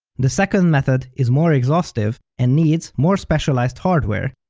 the second method is more exhaustive and needs more specialized hardware,